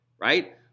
Right